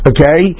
Okay